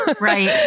right